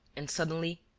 and, suddenly,